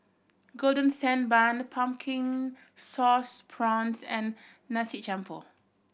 Golden Sand Bun Pumpkin Sauce Prawns and nasi jampur